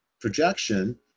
projection